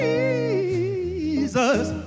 Jesus